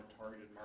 targeted